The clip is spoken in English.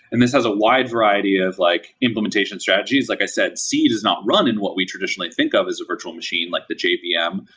and this has a wide variety of like implementation strategies. like i said, c does not run in what we traditionally think of as a virtual machine, like the jvm, yeah